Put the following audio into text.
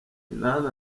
minani